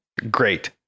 Great